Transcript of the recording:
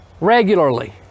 Regularly